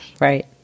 right